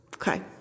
okay